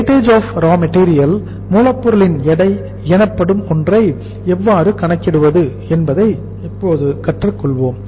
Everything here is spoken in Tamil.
வெயிட்ஏஜ் ஆஃப் ரா மெட்டீரியல் அதாவது மூலப் பொருளின் எடை எனப்படும் ஒன்றை எவ்வாறு கணக்கிடுவது என்பதை இப்போது கற்றுக் கொள்வோம்